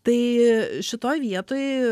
tai šitoj vietoj